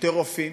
יותר רופאים,